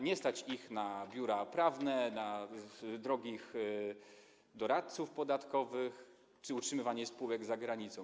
Nie stać ich na biura prawne, na drogich doradców podatkowych czy utrzymywanie spółek za granicą.